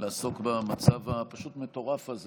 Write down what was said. לעסוק במצב הפשוט-מטורף הזה